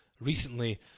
recently